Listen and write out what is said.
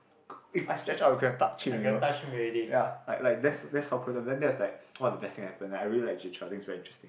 if I stretched out I could have touched him you know ya like like that's that's how close and then that was like one of the best thing that happened like I really like Jay-Chou I think is very interesting